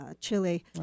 Chile